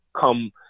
come